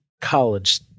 college